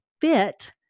fit